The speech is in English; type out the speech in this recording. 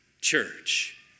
church